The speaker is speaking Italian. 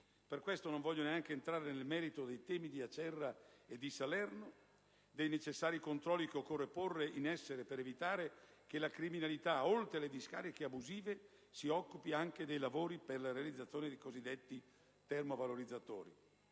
Per questo non voglio neanche entrare nel merito dei temi di Acerra e di Salerno e dei necessari controlli che occorre porre in essere per evitare che la criminalità, oltre alle discariche abusive, si occupi anche dei lavori per la realizzazione dei cosiddetti termovalorizzatori.